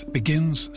begins